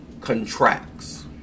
contracts